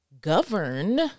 govern